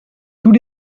tous